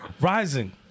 Rising